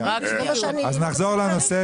נחזור לנושא